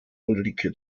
ulrike